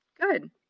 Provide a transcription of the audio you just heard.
Good